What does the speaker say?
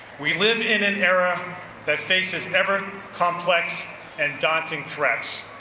we live in an era that faces ever complex and daunting threats.